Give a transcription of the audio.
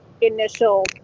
initial